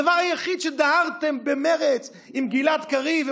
זה הדבר היחיד שבו דהרתם במרץ עם גלעד קריב,